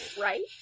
Right